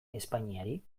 espainiari